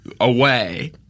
away